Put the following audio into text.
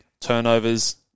turnovers